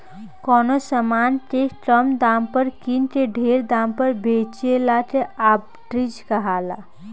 कवनो समान के कम दाम पर किन के ढेर दाम पर बेचला के आर्ब्रिट्रेज कहाला